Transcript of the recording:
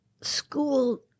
school